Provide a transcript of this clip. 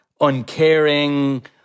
uncaring